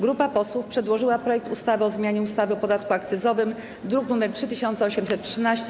Grupa posłów przedłożyła projekt ustawy o zmianie ustawy o podatku akcyzowym, druk nr 3813.